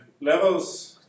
levels